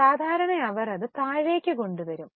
സാധാരണ അവർ അത് താഴേക്ക് കൊണ്ടുവരും